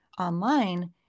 online